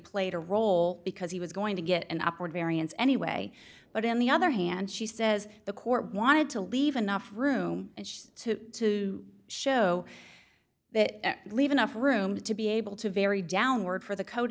played a role because he was going to get an upward variance anyway but on the other hand she says the court wanted to leave enough room to show that leave enough room to be able to vary downward for the